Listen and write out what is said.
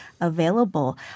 available